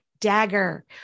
Dagger